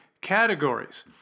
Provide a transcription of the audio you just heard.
categories